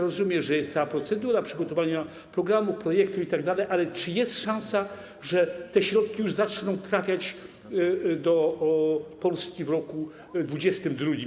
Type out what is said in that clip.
Rozumiem, że jest cała procedura, przygotowania programu, projektów itd., ale czy jest szansa, że te środki już zaczną trafiać do Polski w roku 2022?